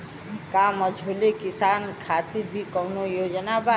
का मझोले किसान खातिर भी कौनो योजना बा?